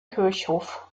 kirchhof